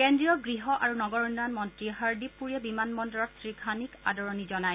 কেন্দ্ৰীয় গ্হ আৰু নগৰ উন্নয়ন মন্ত্ৰী হৰদ্বীপ পুৰীয়ে বিমান বন্দৰত শ্ৰীঘানিক আদৰণি জনায়